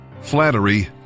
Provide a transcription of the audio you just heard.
Flattery